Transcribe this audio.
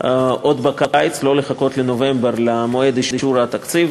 עוד בקיץ, ולא לחכות לנובמבר, למועד אישור התקציב.